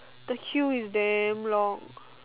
the queue is damn long